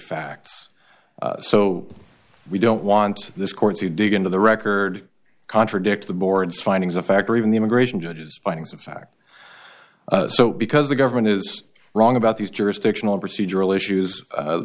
facts so we don't want this court to dig into the record contradict the board's findings of fact or even the immigration judges findings of fact so because the government is wrong about these jurisdictional procedural issues